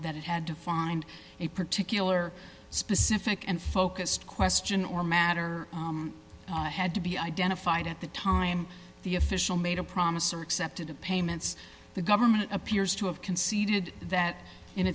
that it had to find a particular specific and focused question or matter had to be identified at the time the official made a promise or accepted a payments the government appears to have conceded that